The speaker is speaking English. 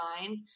mind